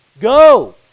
go